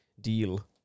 deal